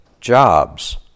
jobs